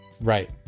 Right